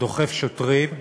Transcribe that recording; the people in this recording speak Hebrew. דוחף שוטרים וחיילים,